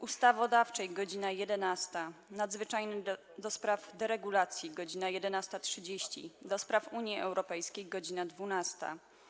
Ustawodawczej - godz. 11, - Nadzwyczajnej do spraw deregulacji - godz. 11.30, - do Spraw Unii Europejskiej - godz. 12,